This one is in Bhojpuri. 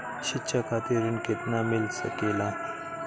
शिक्षा खातिर ऋण केतना मिल सकेला?